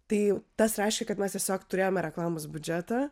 tai tas reiškė kad mes tiesiog turėjome reklamos biudžetą